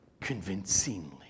convincingly